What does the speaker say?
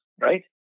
right